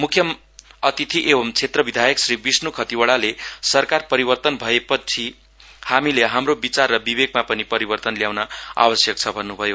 म्ख्य अतिथि एंव क्षेत्र विधायक श्री विष्ण् खतीवड़ाले सरकार परिवर्तन भएपछि हामीले हाम्रो विचार र विवेकमा पनि परिवर्तन ल्याउन आवश्यक छ भन्न्भयो